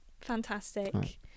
Fantastic